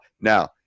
Now